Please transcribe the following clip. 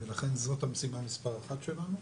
ולכן זאת המשימה מספר 1 שלנו.